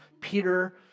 Peter